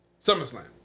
SummerSlam